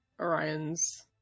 Orion's